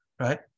Right